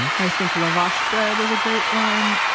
and i think lavash bread is a great one.